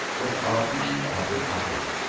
was aben abd allah,